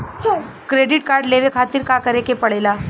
Credit card लेवे खातिर का करे के पड़ेला?